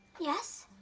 yes?